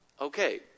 okay